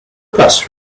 press